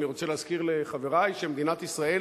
אני רוצה להזכיר לחברי שמדינת ישראל